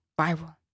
viral